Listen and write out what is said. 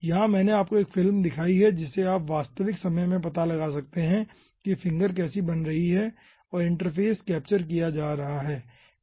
यहां मैंने आपको एक फिल्म दिखाई है जिसे आप वास्तविक समय में पता लगा सकते हैं कि फिंगर कैसे बन रही है और इंटरफ़ेस कैप्चर किया जा रहा है ठीक है